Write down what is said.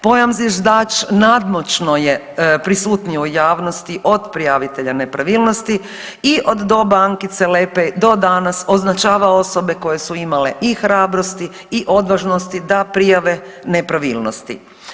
Pojam zviždač nadmoćno je prisutniji u javnosti od prijavitelja nepravilnosti i od doba Ankice Lepej do danas označava osobe koje su imale i hrabrosti i odvažnosti da prijave nepravilnosti.